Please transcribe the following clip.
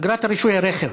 אגרת רישוי הרכב.